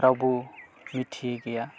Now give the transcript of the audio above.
रावबो मिथियै गैया